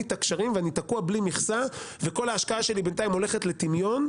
את הקשרים ואני תקוע בלי מכסה וכל ההשקעה שלי בינתיים הולכת לטמיון,